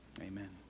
amen